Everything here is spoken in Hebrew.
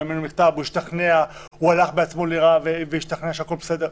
מקבל ממנו מכתב ומשתכנע או שהוא הלך בעצמו והשתכנע שהכול בסדר.